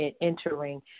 entering